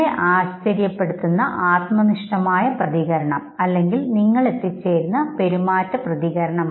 നിങ്ങളെ ആശ്ചര്യപ്പെടുത്തുന്ന ആത്മനിഷ്ഠ പ്രതികരണം നിങ്ങൾഎത്തിച്ചേരുന്ന പെരുമാറ്റ പ്രതികരണം